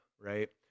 right